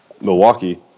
Milwaukee